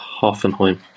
Hoffenheim